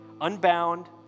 unbound